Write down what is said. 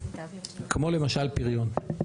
כמו למשל פריון.